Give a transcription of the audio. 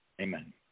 Amen